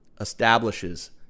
establishes